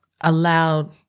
allowed